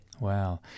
Wow